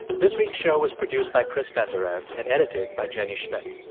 this week's show was produced by chris benderev and edited by jenny schmidt.